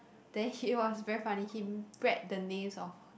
then he was very funny he read the names of